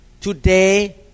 today